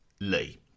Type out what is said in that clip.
Lee